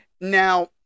Now